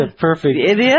perfect